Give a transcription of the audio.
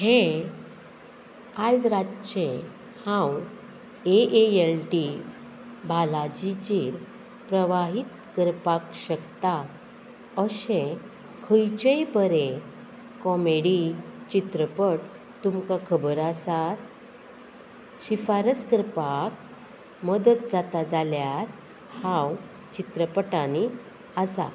हें आयज रातचें हांव ए ए एल टी बालाजीचेर प्रवाहीत करपाक शकता अशें खंयचेंय बरें कॉमेडी चित्रपट तुमकां खबर आसात शिफारस करपाक मदत जाता जाल्यार हांव चित्रपटांनी आसा